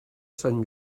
sant